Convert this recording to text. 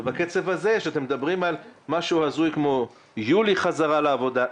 ובקצב הזה שאתם מדברים על משהו הזוי כמו יולי חזרה לעבודה,